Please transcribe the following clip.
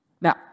Now